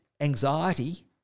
anxiety